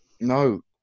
No